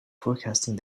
forecasting